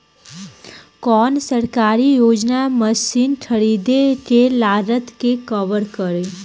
कौन सरकारी योजना मशीन खरीदले के लागत के कवर करीं?